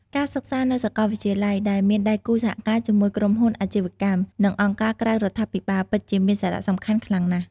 ការសិក្សានៅសាកលវិទ្យាល័យដែលមានដៃគូសហការជាមួយក្រុមហ៊ុនអាជីវកម្ម និងអង្គការក្រៅរដ្ឋាភិបាល ពិតជាមានសារៈសំខាន់ខ្លាំងណាស់។